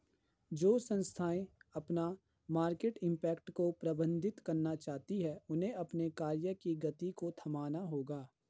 जो संस्थाएं अपना मार्केट इम्पैक्ट को प्रबंधित करना चाहती हैं उन्हें अपने कार्य की गति को थामना होगा